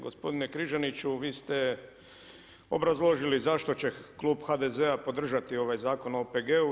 Gospodine Križaniću vi ste obrazložili zašto će Klub HDZ-a podržati ovaj Zakon o OPG-u.